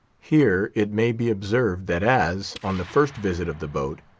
here it may be observed that as, on the first visit of the boat,